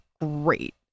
great